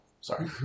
Sorry